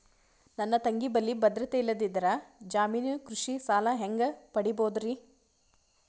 ನನ್ನ ತಂಗಿ ಬಲ್ಲಿ ಭದ್ರತೆ ಇಲ್ಲದಿದ್ದರ, ಜಾಮೀನು ಕೃಷಿ ಸಾಲ ಹೆಂಗ ಪಡಿಬೋದರಿ?